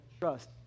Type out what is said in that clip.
Trust